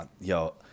yo